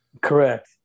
Correct